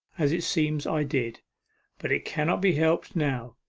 as it seems i did but it cannot be helped now.